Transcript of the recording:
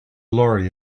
lorry